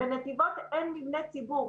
בנתיבות אין מבני ציבור.